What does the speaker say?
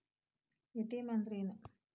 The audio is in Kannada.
ಎ.ಟಿ.ಎಂ ಅಂದ್ರ ಏನು?